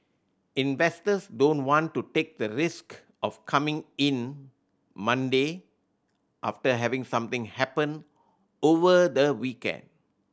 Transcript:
investors don't want to take the risk of coming in Monday after having something happen over the weekend